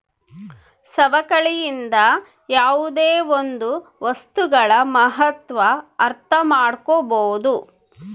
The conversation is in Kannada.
ಸವಕಳಿಯಿಂದ ಯಾವುದೇ ಒಂದು ವಸ್ತುಗಳ ಮಹತ್ವ ಅರ್ಥ ಮಾಡ್ಕೋಬೋದು